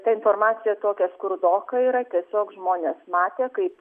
ta informacija tokia skurdoka yra tiesiog žmonės matė kaip